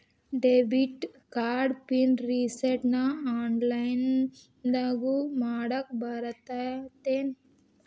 debit card PIN ರಿಸೆಟ್ನ ಆನ್ಲೈನ್ದಗೂ ಮಾಡಾಕ ಬರತ್ತೇನ್